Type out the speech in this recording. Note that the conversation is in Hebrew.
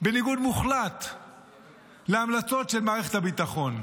בניגוד מוחלט להמלצות של מערכת הביטחון.